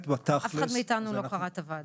אף אחד מאיתנו לא קרא את הוועדה.